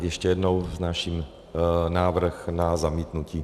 Ještě jednou vznáším návrh na zamítnutí.